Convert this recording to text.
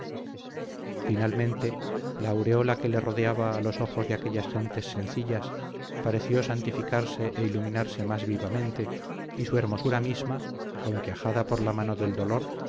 finalmente la aureola que le rodeaba a los ojos de aquellas gentes sencillas pareció santificarse e iluminarse más vivamente y su hermosura misma aunque ajada por la mano del dolor